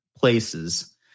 places